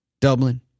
Dublin